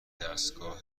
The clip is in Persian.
دستگاه